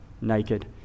naked